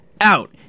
out